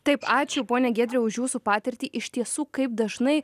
taip ačiū pone giedriau už jūsų patirtį iš tiesų kaip dažnai